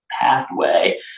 pathway